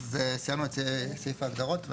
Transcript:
סיימנו את ההגדרות.